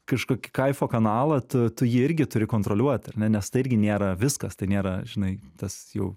kažkokį kaifo kanalą tu tu jį irgi turi kontroliuot ar ne nes tai irgi nėra viskas tai nėra žinai tas jau